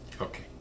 Okay